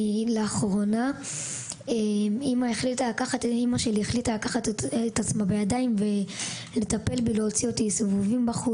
לאחרונה אימא שלי החליטה לקחת את עצמה בידיים ולטפל בי,